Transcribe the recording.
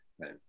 Right